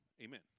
amen